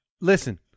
Listen